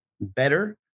better